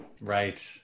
Right